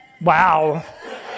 Wow